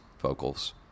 vocals